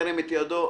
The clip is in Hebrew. ירים את ידו.